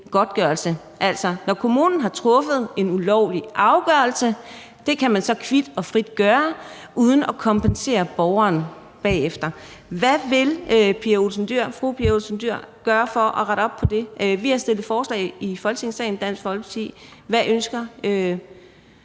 godtgørelse – altså, når kommunen har truffet en ulovlig afgørelse, kan det ske kvit og frit uden at kompensere borgeren bagefter. Hvad vil fru Pia Olsen Dyhr gøre for at rette op på det? Dansk Folkeparti har fremsat forslag i Folketingssalen. Hvad ønsker